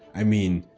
i mean,